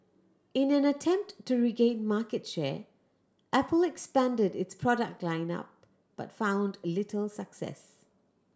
in an attempt to regain market share Apple expanded its product line up but found little success